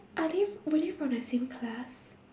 are they f~ really from the same class